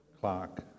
Clock